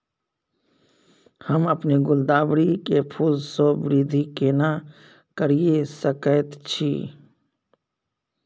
हम अपन गुलदाबरी के फूल सो वृद्धि केना करिये सकेत छी?